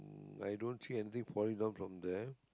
hmm i don't see anything falling down from there